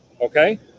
okay